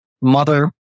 Mother